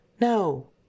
No